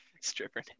Stripper